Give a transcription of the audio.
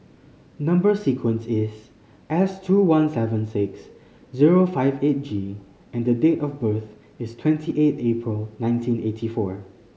number sequence is S two one seven six zero five eight G and date of birth is twenty eight April nineteen eighty four